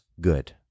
good